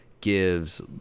gives